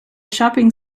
shopping